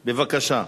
בבקשה.